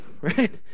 right